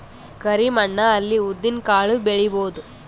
ಕರಿ ಮಣ್ಣ ಅಲ್ಲಿ ಉದ್ದಿನ್ ಕಾಳು ಬೆಳಿಬೋದ?